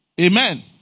Amen